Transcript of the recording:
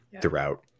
throughout